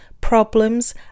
problems